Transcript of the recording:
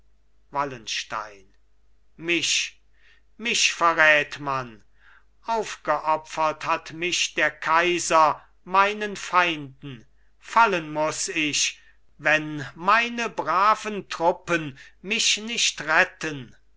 wallenstein mich mich verrät man aufgeopfert hat mich der kaiser meinen feinden fallen muß ich wenn meine braven truppen mich nicht retten